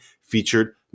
featured